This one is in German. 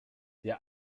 der